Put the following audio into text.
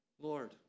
Lord